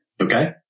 Okay